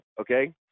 okay